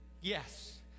Yes